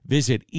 Visit